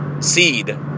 Seed